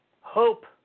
Hope